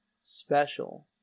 special